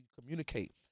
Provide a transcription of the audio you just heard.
communicate